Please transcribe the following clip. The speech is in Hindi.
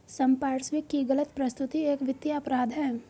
संपार्श्विक की गलत प्रस्तुति एक वित्तीय अपराध है